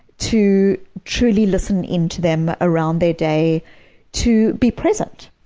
to truly listen into them around their day to be present.